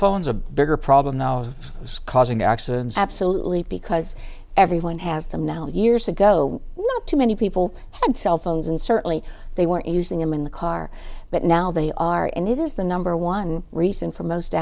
phones are a bigger problem causing accidents absolutely because everyone has them now years ago not too many people had cell phones and certainly they weren't using them in the car but now they are and it is the number one reason for most